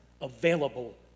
available